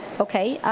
okay.